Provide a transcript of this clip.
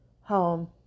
home